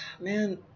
Man